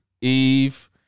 Eve